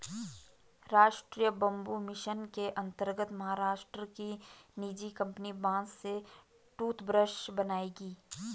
राष्ट्रीय bamboo mission के अंतर्गत महाराष्ट्र की निजी कंपनी बांस से टूथब्रश बनाएगी